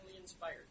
inspired